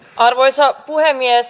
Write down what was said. arvoisa puhemies